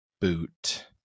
boot